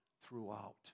throughout